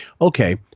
Okay